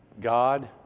God